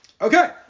okay